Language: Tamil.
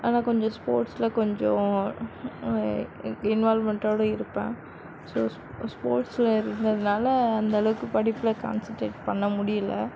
ஆனால் கொஞ்சம் ஸ்போர்ட்ஸில் கொஞ்சம் இன்வால்வ்மெண்ட்டோட இருப்பேன் ஸோ ஸ்போர்ட்ஸில் இருந்ததுனால் அந்தளவுக்கு படிப்பில் கான்சன்ட்ரேட் பண்ண முடியலை